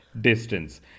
distance